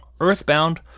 Earthbound